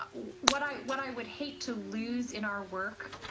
what i what i would hate to lose in our work.